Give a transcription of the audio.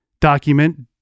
document